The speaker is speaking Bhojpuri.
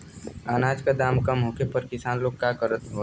अनाज क दाम कम होखले पर किसान लोग का करत हवे?